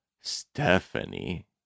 Stephanie